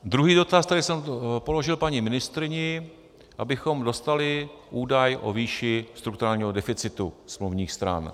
Druhý dotaz, který jsem položil paní ministryni, abychom dostali údaj o výši strukturálního deficitu smluvních stran.